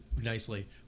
nicely